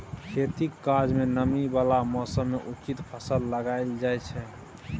खेतीक काज मे नमी बला मौसम मे उचित फसल लगाएल जाइ छै